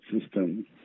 system